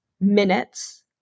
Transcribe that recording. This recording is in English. minutes